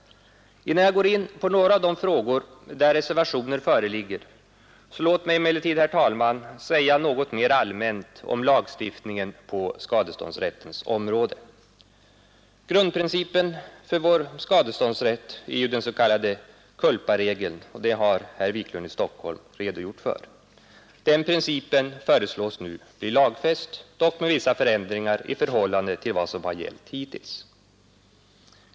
Innan jag går in på några av de frågor där reservationer föreligger vill jag emellertid, herr talman, säga något mer allmänt om lagstiftningen på skadeståndsrättens område. Grundprincipen för vår skadeståndsrätt är ju den s.k. culparegeln, som herr Wiklund i Stockholm redan har redogjort för. Den principen föreslås nu bli lagfäst, dock med vissa förändringar i förhållande till vad som hittills har gällt.